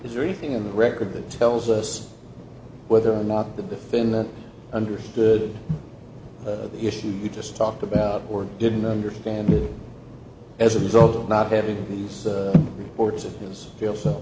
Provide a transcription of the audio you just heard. history thing in the record that tells us whether or not the defendant understood the issues you just talked about or didn't understand it as a result of not having these reports of his feel so